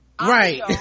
right